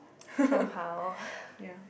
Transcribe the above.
somehow